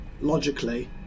logically